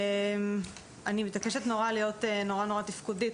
אני מתעקשת נורא להיות נורא-נורא תפקודית,